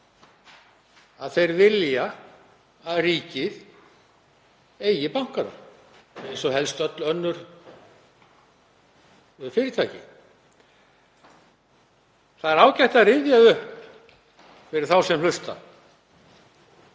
að þeir vilja að ríkið eigi bankana og helst öll önnur fyrirtæki. Það er ágætt að rifja upp fyrir þá sem hlusta